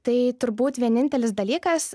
tai turbūt vienintelis dalykas